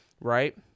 right